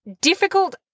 Difficult